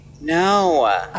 No